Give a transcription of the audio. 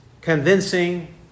convincing